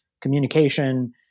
communication